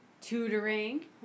tutoring